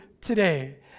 today